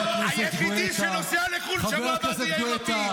היחידי שנוסע לחו"ל בשבוע הבא זה יאיר לפיד.